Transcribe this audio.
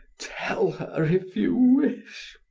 tell her if you wish.